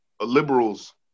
liberals